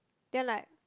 then like